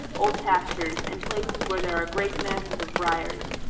old pastures and places where there are great masses of briars.